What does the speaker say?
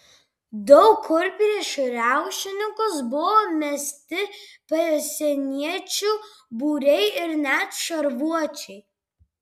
daug kur prieš riaušininkus buvo mesti pasieniečių būriai ir net šarvuočiai